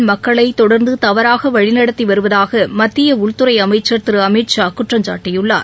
சுட்டம் மக்களைதொடர்ந்துதவறாகவழிநடத்திவருவதாகமத்தியஉள்துறைஅமைச்ச் திருஅமித்ஷா குற்றம்சாட்டியுள்ளார்